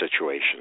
situation